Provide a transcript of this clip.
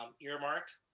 earmarked